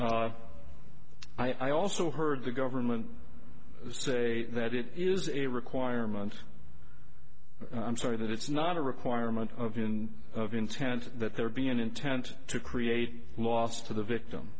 see i also heard the government say that it is a requirement i'm sorry that it's not a requirement of intent that there be an intent to create a loss to the victim